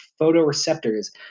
photoreceptors